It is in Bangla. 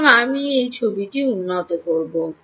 সুতরাং আমি এই ছবিটি উন্নত করব